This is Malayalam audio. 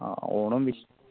ആ ഓണവും വിഷുവും